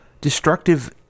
destructive